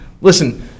listen